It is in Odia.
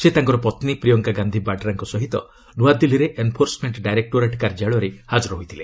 ସେ ତାଙ୍କର ପତ୍ନୀ ପ୍ରିୟଙ୍କା ଗାନ୍ଧୀ ବାଡ୍ରାଙ୍କ ସହିତ ନୂଆଦିଲ୍ଲୀରେ ଏନ୍ଫୋର୍ସମେଣ୍ଟ ଡାଇରେକ୍ଟୋରେଟ କାର୍ଯ୍ୟାଳୟରେ ହାଜର ହୋଇଥିଲେ